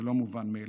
זה לא מובן מאליו.